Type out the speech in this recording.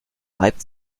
reibt